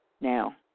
now